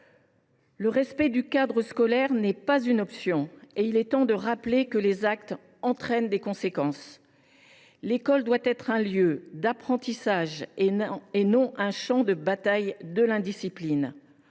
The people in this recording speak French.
Le respect du cadre scolaire n’est pas une option et il est temps de rappeler que les actes entraînent des conséquences. L’école doit être un lieu d’apprentissage et non un champ de bataille de l’indiscipline.